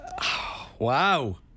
Wow